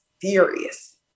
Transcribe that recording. furious